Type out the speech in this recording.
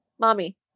Mommy